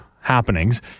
happenings